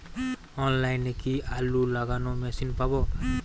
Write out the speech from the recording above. অনলাইনে কি আলু লাগানো মেশিন পাব?